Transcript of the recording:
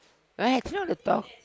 right if you wanna talk